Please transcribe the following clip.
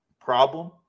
Problem